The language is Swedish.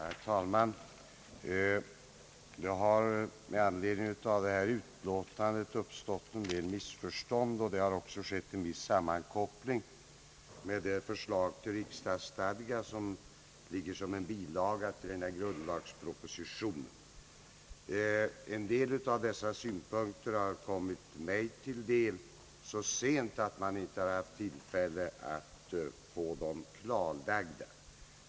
Herr talman! Det har med anledning av förevarande utlåtande uppstått en del missförstånd, och det har också skett en viss sammankoppling med det förslag till riksdagsstadga som är fogat som bilaga till grundlagspropositionen. Vissa av dessa synpunkter har kommit mig till del så sent att utskottet inte har blivit i tillfälle att få dem klarlagda.